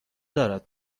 دارد